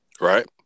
Right